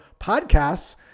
podcasts